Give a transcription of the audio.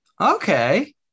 okay